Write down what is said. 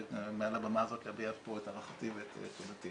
מעל הבמה הזאת להביע פה את הערכתי ואת תודתי.